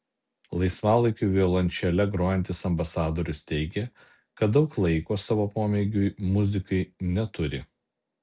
laisvalaikiu violončele grojantis ambasadorius teigė kad daug laiko savo pomėgiui muzikai neturi